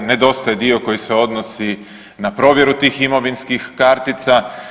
Nedostaje dio koji se odnosi na provjeru tih imovinskih kartica.